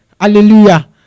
Hallelujah